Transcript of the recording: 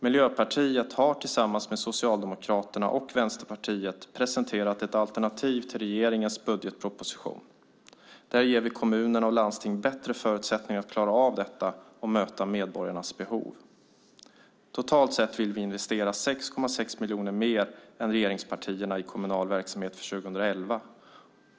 Miljöpartiet har tillsammans med Socialdemokraterna och Vänsterpartiet presenterat ett alternativ till regeringens budgetproposition. Där ger vi kommunerna och landstingen bättre förutsättningar att klara av detta och möta medborgarnas behov. Totalt sett vill vi investera 6,6 miljarder mer än regeringspartierna i kommunal verksamhet för 2011.